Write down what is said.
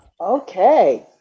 Okay